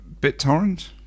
BitTorrent